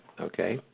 okay